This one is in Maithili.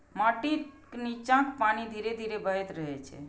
माटिक निच्चाक पानि धीरे धीरे बहैत रहै छै